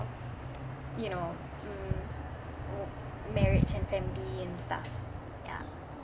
you know mm marriage and family and stuff ya